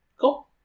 Cool